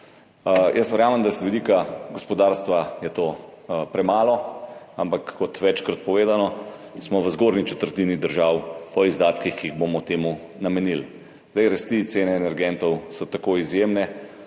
Jaz verjamem, da je z vidika gospodarstva to premalo, ampak kot večkrat povedano, smo v zgornji četrtini držav po izdatkih, ki jih bomo temu namenili. Rasti cene energentov so tako izjemne,